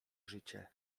życie